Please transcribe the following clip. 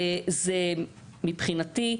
זה מבחינתי,